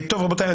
אני